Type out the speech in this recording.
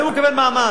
והוא מקבל מעמד.